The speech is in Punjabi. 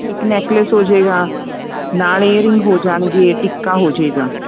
ਇੱਕ ਨੈਕਲਸ ਹੋਜੇਗਾ ਨਾਲ ਏਅਰਿੰਗ ਹੋ ਜਾਣਗੇ ਟਿੱਕਾ ਹੋਜੇਗਾ